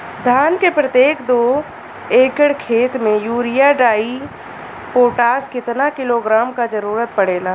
धान के प्रत्येक दो एकड़ खेत मे यूरिया डाईपोटाष कितना किलोग्राम क जरूरत पड़ेला?